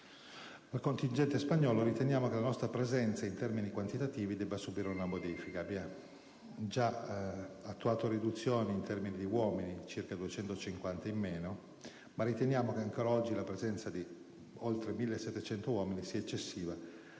al contingente spagnolo, riteniamo che essa in termini quantitativi debba subire una modifica. Abbiamo già attuato riduzioni in termini di uomini (250 circa in meno), ma riteniamo che ancora oggi la presenza di quasi 1.700 uomini sia eccessiva